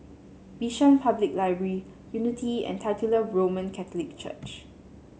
Bishan Public Library Unity and Titular Roman Catholic Church